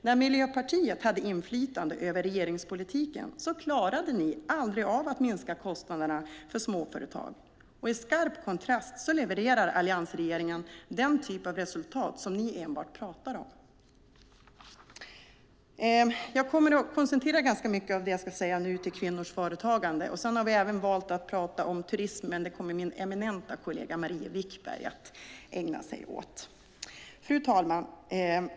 När Miljöpartiet hade inflytande över regeringspolitiken klarade ni aldrig av att minska kostnaderna för småföretag. I skarp kontrast till det levererar alliansregeringen den typ av resultat som ni enbart pratar om. Jag kommer att koncentrera ganska mycket av det jag ska säga nu till kvinnors företagande. Vi har även valt att prata om turism, men det kommer min eminenta kollega Marie Wickberg att ägna sig åt. Fru talman!